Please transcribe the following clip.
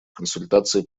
консультаций